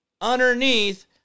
underneath